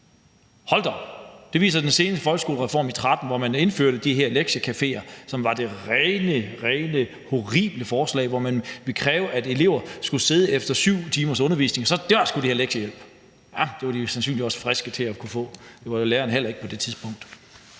Hold da op. Det viser den seneste folkeskolereform fra 2013 , hvor man indførte de her lektiecaféer, som var et helt horribelt forslag, hvor man ville kræve, at elever efter 7 timers undervisning skulle sidde og have lektiehjælp – ja, det var de jo sandsynligvis ikke friske nok til på det tidspunkt, og det var lærerne heller ikke. Så det giver